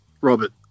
Robert